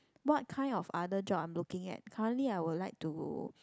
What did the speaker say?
what kind of other job I'm looking at currently I would like to